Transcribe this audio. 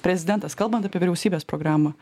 prezidentas kalbant apie vyriausybės programą